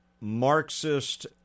Marxist